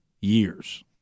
years